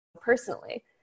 personally